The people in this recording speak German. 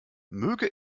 möge